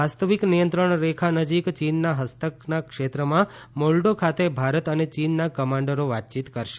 વાસ્તવિક નિયંત્રણ રેખા નજીક ચીનના હસ્તકના ક્ષેત્રમાં મોલડો ખાતે ભારત અને ચીનના કમાન્ડરો વાતચીત કરશે